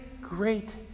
great